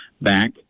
back